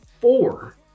four